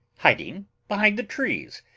hiding behind the trees.